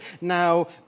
now